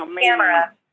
Camera